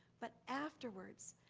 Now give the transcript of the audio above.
but afterwards,